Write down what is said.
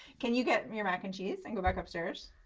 can you get me your mac and cheese and go back upstairs?